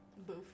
boof